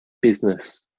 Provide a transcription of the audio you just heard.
business